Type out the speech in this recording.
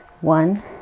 one